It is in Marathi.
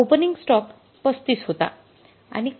ओपनिंग स्टॉक 35 होता